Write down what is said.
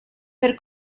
per